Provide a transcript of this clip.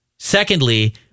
Secondly